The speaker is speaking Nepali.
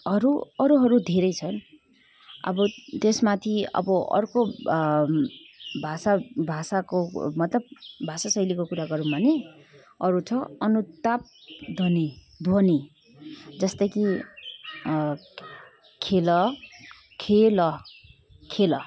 अरू अरूहरू धेरै छन् अब त्यसमाथि अब अर्को भाषा भाषाको मतलब भाषा शैलीको कुरा गरौँ भने अरू त अनुताप ध्वनि ध्वनि जस्तै कि खेल खेल खेल